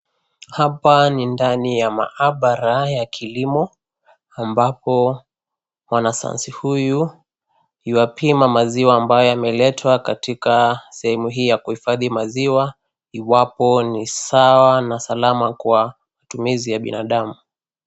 Hapa ni ndani ya mahabara ya kilimo ambapo mwanasayansi huyu yuapima maziwa ambayo yameletwa kaktika sehemu hii ya kuhifadhi maziwa iwapo ni sawa na salama kwa matumizi ya binadamu.